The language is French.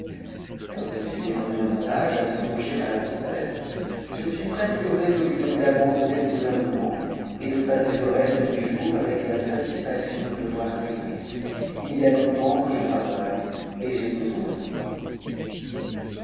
comme je suis désormais dans un âge à songer à la retraite suis presque résolu de lui abandonner le gouvernement et de passer reste de mes jours avec la satisfaction de le voir régner h y a longtemps que je travaille et j'ai besoin de repos